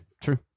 true